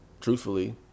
Truthfully